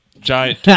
giant